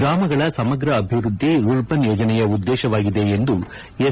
ಗ್ರಾಮಗಳ ಸಮಗ್ರ ಅಭಿವೃದ್ದಿ ರುರ್ಬನ್ ಯೋಜನೆಯ ಉದ್ದೇಶವಾಗಿದೆ ಎಂದು ಎಸ್